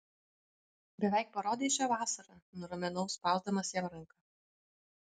beveik parodei šią vasarą nuraminau spausdamas jam ranką